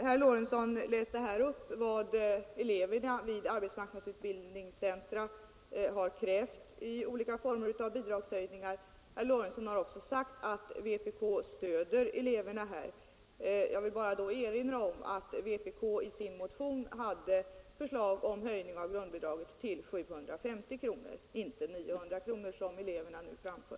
Herr Lorentzon läste här upp vad eleverna vid arbetsmarknadsutbildningscentra hade krävt i olika former av bidragshöjningar. Herr Lorentzon har också sagt att vpk stöder eleverna. Jag vill då bara erinra om att vpk i sin motion framförde förslag om höjning av grundbidraget till 750 kronor, inte 900 kronor som eleverna nu kräver.